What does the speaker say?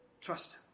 Trust